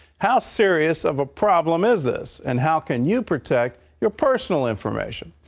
how serious of a problem is this? and how can you protect your personal information?